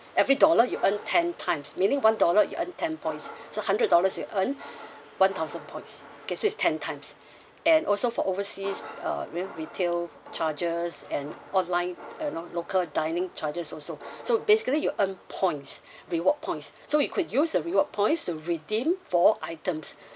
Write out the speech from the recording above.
every dollar you earn ten times meaning one dollar you earn ten points so hundred dollars you earn one thousand points okay so it's ten times and also for overseas uh you know retail charges and online uh you know local dining charges also so basically you earn points reward points so you could use the reward points to redeem for items